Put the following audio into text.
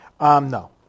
No